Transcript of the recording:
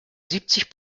siebzig